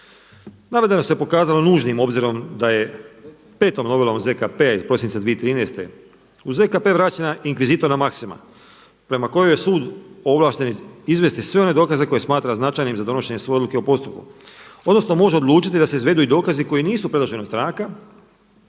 Navedena su se pokazala nužnim obzirom da je 5. novelom ZKP iz prosinca 2013. U ZKP vraćena inkvizitorna maksima prema kojoj je sud ovlašten izvesti sve one dokaze koje smatra značajnim za donošenje svoje odluke o postupku. Odnosno može odlučiti da se izvedu i dokazi koji nisu predloženi od stranka